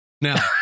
now